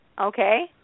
okay